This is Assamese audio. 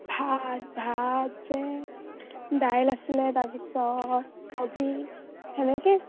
ভাত ভাত যে দাইল আছিলে তাৰপিছত কবি তেনেকেই